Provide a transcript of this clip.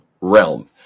realm